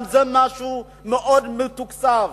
גם זה משהו מאוד מתוקצב,